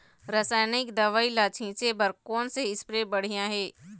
रासायनिक दवई ला छिचे बर कोन से स्प्रे बढ़िया हे?